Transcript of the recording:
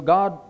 God